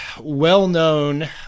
well-known